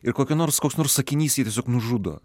ir kokiu nors koks nors sakinys jį tiesiog nužudo